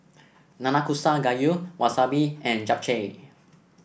Nanakusa Gayu Wasabi and Japchae